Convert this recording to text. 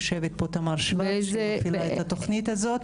יושבת פה תמר שוורץ שמפעילה את התוכנית הזאת.